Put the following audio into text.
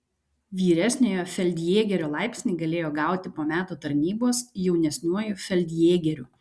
vyresniojo feldjėgerio laipsnį galėjo gauti po metų tarnybos jaunesniuoju feldjėgeriu